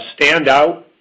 standout